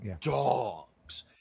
dogs